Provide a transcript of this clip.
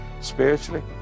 Spiritually